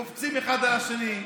קופצים אחד על השני,